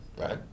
right